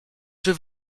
czy